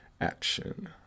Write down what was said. action